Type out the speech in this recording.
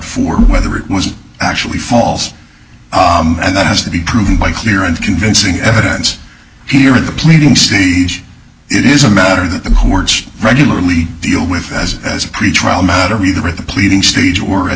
for whether it was actually false and that has to be proven by clear and convincing evidence here in the pleading state it is a matter that the courts regularly deal with as as a pretrial matter either the pleading stage or